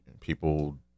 people